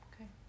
Okay